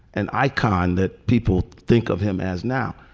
an icon that people think of him as now.